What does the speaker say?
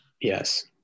Yes